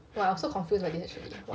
!wah! I'm so confused by this already